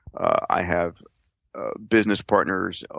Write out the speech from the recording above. i have business partners,